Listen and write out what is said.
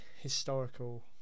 historical